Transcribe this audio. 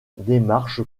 démarche